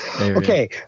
Okay